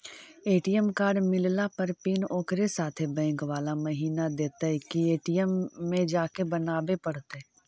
ATM card मिलला पर pin ओकरे साथे बैक बाला महिना देतै कि ए.टी.एम में जाके बना बे पड़तै?